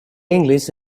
english